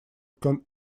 can